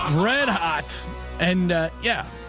um red hot and yeah.